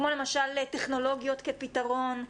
כמו למשל טכנולוגיות כפתרון,